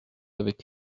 avec